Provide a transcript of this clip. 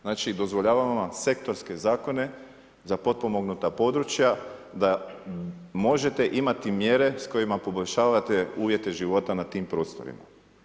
Znači dozvoljavamo vam sektorske zakone za potpomognuta područja, da možete imati mjere s kojima poboljšavate uvjete života na tim prostorima.